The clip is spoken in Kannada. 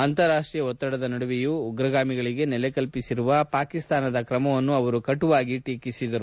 ಅಂತಾರಾಷ್ಟೀಯ ಒತ್ತಡದ ನಡುವೆಯೂ ಉಗ್ರಗಾಮಿಗಳಿಗೆ ನೆಲೆ ಕಲ್ಸಿಸಿರುವ ಪಾಕಿಸ್ತಾನದ ಕ್ರಮವನ್ನು ಅವರು ಕಟುವಾಗಿ ಟೀಕಿಸಿದರು